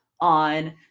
on